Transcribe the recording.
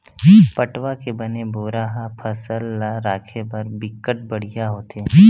पटवा के बने बोरा ह फसल ल राखे बर बिकट बड़िहा होथे